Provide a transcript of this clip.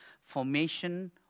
formation